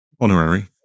Honorary